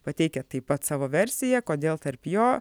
pateikia taip pat savo versiją kodėl tarp jo